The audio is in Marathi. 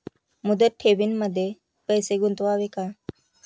मुदत ठेवींमध्ये पैसे गुंतवावे का?